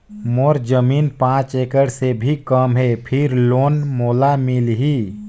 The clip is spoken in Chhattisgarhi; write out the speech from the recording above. मोर जमीन पांच एकड़ से भी कम है फिर लोन मोला मिलही?